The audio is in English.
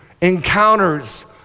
encounters